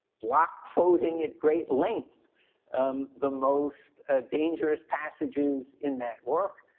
block quoting at great length um the most dangerous passages in that work.